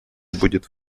будет